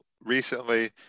recently